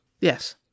Yes